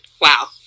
Wow